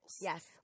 Yes